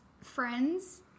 friends